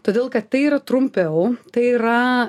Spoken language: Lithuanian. todėl kad tai yra trumpiau tai yra